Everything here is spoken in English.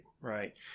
right